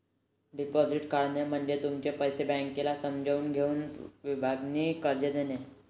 deposit काढणे म्हणजे तुमचे पैसे बँकेला समजून घेऊन प्रभावीपणे कर्ज देणे